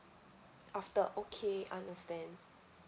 after okay understand